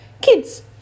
kids